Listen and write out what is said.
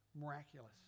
miraculous